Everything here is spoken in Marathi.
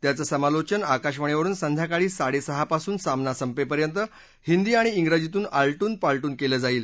त्यांचं समालोचन आकाशवाणीवरुन संध्याकाळी साडे सहापासून सामना संपेपर्यंत हिंदी आणि श्रेजीतून आलटून पालटून केलं जाईल